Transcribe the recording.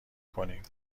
کنیم